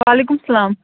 وعلیکُم السلام